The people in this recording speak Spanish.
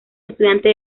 estudiante